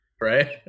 right